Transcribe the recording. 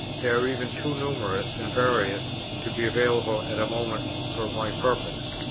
they are even too numerous and various to be available at a moment for my purpose.